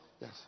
Yes